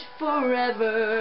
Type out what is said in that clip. forever